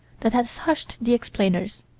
that has hushed the explainers.